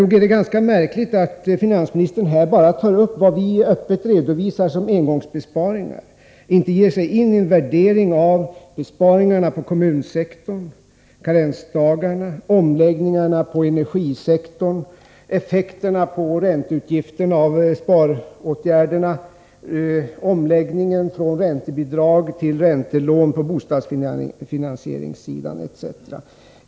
Nog är det ganska märkligt att finansministern här bara tar upp vad vi öppet redovisar som engångsbesparingar och inte ger sig in i en värdering av besparingarna på kommunsektorn, karensdagarna, omläggningarna på energisektorn, effekterna på ränteutgifterna av besparingsåtgärderna, omläggningen från räntebidrag till räntelån på bostadsfinansieringssidan etc.